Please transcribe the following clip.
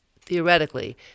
theoretically